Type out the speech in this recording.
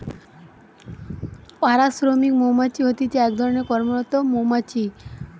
পাড়া শ্রমিক মৌমাছি হতিছে এক ধরণের কর্মরত মৌমাছি